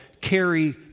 carry